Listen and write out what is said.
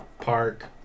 park